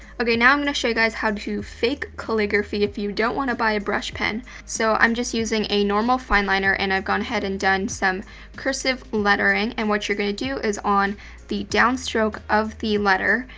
okay, now i'm gonna show you guys how to fake calligraphy if you don't wanna buy a brush pen. so i'm just using a normal fineliner and i've gone ahead and done some cursive lettering, and what you're gonna do is, on the downstroke of the letter,